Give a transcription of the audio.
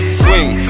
swing